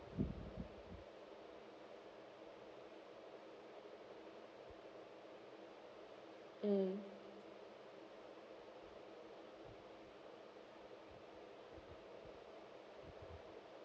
mm